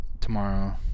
tomorrow